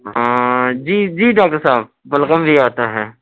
ہاں جی جی ڈاکٹر صاحب بلغم بھی آتا ہے